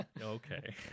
okay